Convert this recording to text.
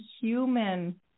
human